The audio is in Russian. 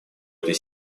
этой